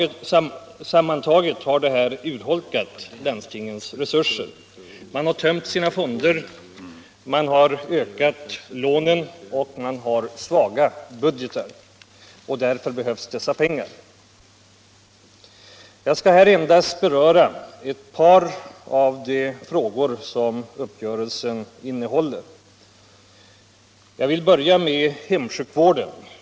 Samtaget har detta urholkat landstingens resurser. Landstingen har tömt sina fonder, deras skuldsättning har ökat och deras budgetar är svaga. Därför behövs dessa pengar. Jag skall här endast beröra ett par av de frågor som uppgörelsen innehåller. Jag vill börja med hemsjukvården.